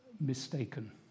mistaken